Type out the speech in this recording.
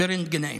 ורנטגנאים.